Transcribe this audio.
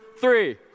three